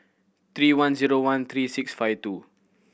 three one zero one three six five two